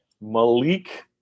Malik